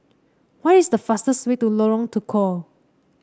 what is the fastest way to Lorong Tukol